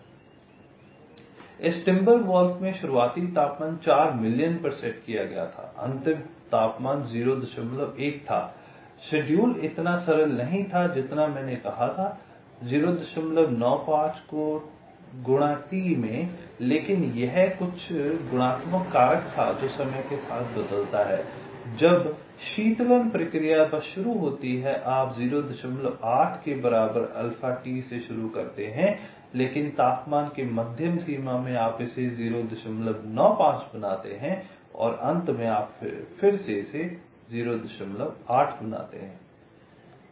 इसलिए टिम्बरवुल्फ़ में शुरुआती तापमान 4 मिलियन पर सेट किया गया था अंतिम तापमान 01 था शेड्यूल इतना सरल नहीं था जितना मैंने कहा था 095 x T में लेकिन यह कुछ गुणात्मक कारक था जो समय के साथ बदलता है जब शीतलन प्रक्रिया बस शुरू होती है आप 08 के बराबर अल्फा T से शुरू करते हैं लेकिन तापमान की मध्यम सीमा में आप इसे 095 बनाते हैं अंत में आप फिर से इसे 08 बनाते हैं